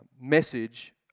message